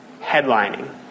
headlining